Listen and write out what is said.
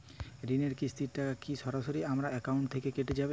ঋণের কিস্তির টাকা কি সরাসরি আমার অ্যাকাউন্ট থেকে কেটে যাবে?